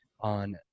on